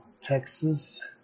Texas